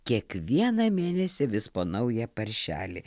kiekvieną mėnesį vis po naują paršelį